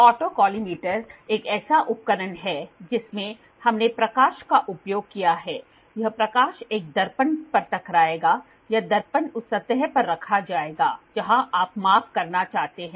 autocollimator एक ऐसा उपकरण है जिसमें हमने प्रकाश का उपयोग किया है यह प्रकाश एक दर्पण पर टकराएगा यह दर्पण उस सतह पर रखा जाएगा जहां आप माप करना चाहते हैं